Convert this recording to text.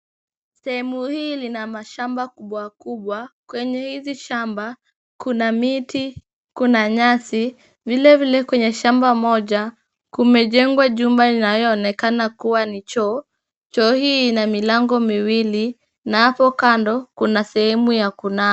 Sehemu hii lina mashamba kubwa kubwa. Kwenye hizi shamba kuna miti, kuna nyasi. Vilevile kwenye shamba moja, kumejengwa jumba inayoonekana kuwa ni choo. Choo hii ina milango miwili na hapo kando kuna sehemu ya kunawa.